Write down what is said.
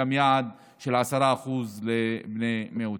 גם יעד של 10% לבני מיעוטים.